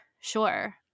sure